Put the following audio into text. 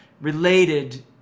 related